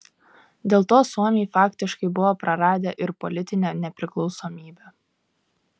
dėl to suomiai faktiškai buvo praradę ir politinę nepriklausomybę